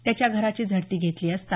त्याच्या घराची झडती घेतली असता